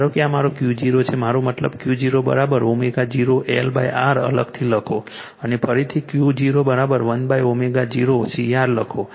ધારો કે આ મારો Q0 છે મારો મતલબ Q0 ω0 L R અલગથી લખો અને ફરીથી Q0 1ω0 CR લખો